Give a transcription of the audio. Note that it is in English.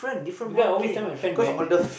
because I always tell my friend when